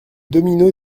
domino